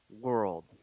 world